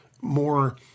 more